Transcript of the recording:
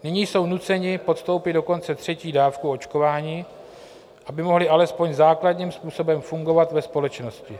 Nyní jsou nuceni podstoupit dokonce třetí dávku očkování, aby mohli alespoň základním způsobem fungovat ve společnosti.